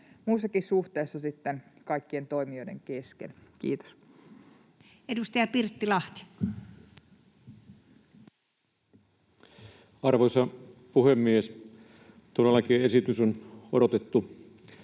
muissakin suhteissa, kaikkien toimijoiden kesken. — Kiitos. Edustaja Pirttilahti. Arvoisa puhemies! Todellakin esitys on odotettu